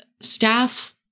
staff